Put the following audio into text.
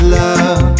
love